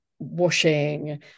washing